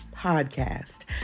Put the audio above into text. podcast